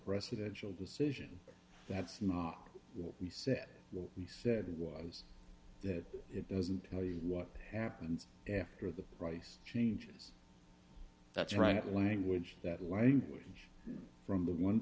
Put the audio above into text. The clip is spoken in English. residential decision that's not what he said what he said was that it doesn't tell you what happens after the price changes that's right language that language from the one